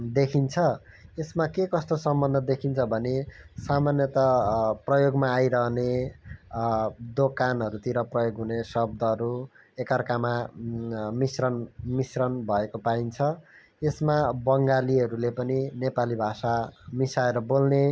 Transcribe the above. देखिन्छ यसमा के कस्ता सम्बन्ध देखिन्छ भने सामान्यतः प्रयोगमा आइरहने दोकानहरूतिर प्रयोग हुने शब्दहरू एक अर्कामा मिश्रण मिश्रण भएको पाइन्छ यसमा बङ्गालीहरूले पनि नेपाली भाषा मिसाएर बोल्ने